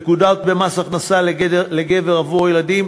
נקודות במס הכנסה לגבר עבור ילדים,